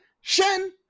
Shen